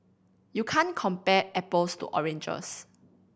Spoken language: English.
you can't compare apples to oranges